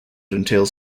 entails